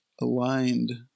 aligned